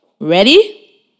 Ready